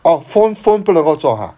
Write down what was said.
orh phone phone 不能够做 ha